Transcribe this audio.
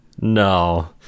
No